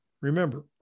Remember